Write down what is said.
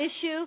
issue